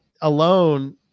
alone